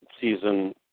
season